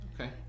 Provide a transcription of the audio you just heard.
Okay